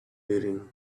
written